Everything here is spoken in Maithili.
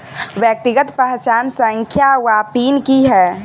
व्यक्तिगत पहचान संख्या वा पिन की है?